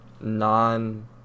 non